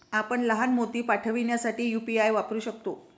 आपण लहान मोती पाठविण्यासाठी यू.पी.आय वापरू शकता